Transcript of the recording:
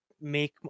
make